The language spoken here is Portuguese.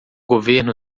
governo